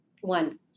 one